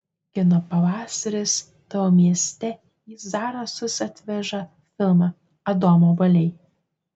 kino pavasaris tavo mieste į zarasus atveža filmą adomo obuoliai